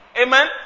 Amen